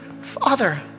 Father